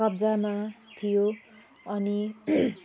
कब्जामा थियो अनि